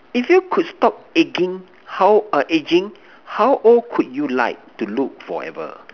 if you could stop egging how uh aging how old could you like to look forever